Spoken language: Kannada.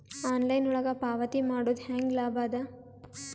ಆನ್ಲೈನ್ ಒಳಗ ಪಾವತಿ ಮಾಡುದು ಹ್ಯಾಂಗ ಲಾಭ ಆದ?